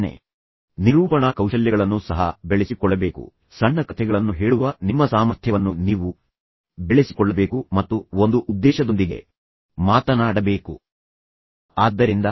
ನೀವು ನಿರೂಪಣಾ ಕೌಶಲ್ಯಗಳನ್ನು ಸಹ ಬೆಳೆಸಿಕೊಳ್ಳಬೇಕು ಸಣ್ಣ ಕಥೆಗಳನ್ನು ಹೇಳುವ ನಿಮ್ಮ ಸಾಮರ್ಥ್ಯವನ್ನು ನೀವು ಬೆಳೆಸಿಕೊಳ್ಳಬೇಕು ಮತ್ತು ಒಂದು ಉದ್ದೇಶದೊಂದಿಗೆ ಮಾತನಾಡಬೇಕು ಎಂಬುದನ್ನು ಅರ್ಥಮಾಡಿಕೊಳ್ಳಬೇಕು